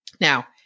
Now